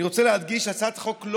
אני רוצה להדגיש שהצעת החוק,